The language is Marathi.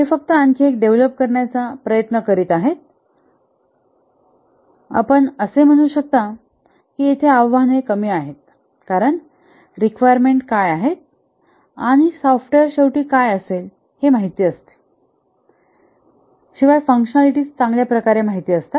ते फक्त आणखी एक डेव्हलप करण्याचा प्रयत्न करीत आहेत आपण असे म्हणू शकता की येथे आव्हाने कमी आहेत कारण रिक्वायरमेंट काय आहेत आणि सॉफ्टवेअर शेवटी काय असेलहे माहित असते आणिफंक्शनालिटीज चांगल्या प्रकारे माहिती आहेत